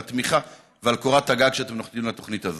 התמיכה ועל קורת הגג שאתם נותנים לתוכנית הזאת.